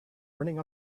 running